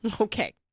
Okay